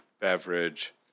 beverage